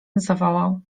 zawołał